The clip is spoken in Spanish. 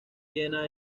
viena